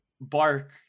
bark